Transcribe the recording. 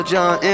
John